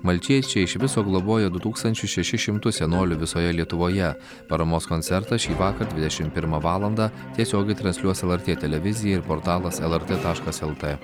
maltiečiai iš viso globoja du tūkstančius šešis šimtus senolių visoje lietuvoje paramos koncertą šįvakar dvidešim pirmą valandą tiesiogiai transliuos lrt televizija ir portalas lrt taškas lt